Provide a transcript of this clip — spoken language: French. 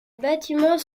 bâtiments